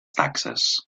taxes